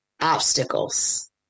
obstacles